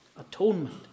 atonement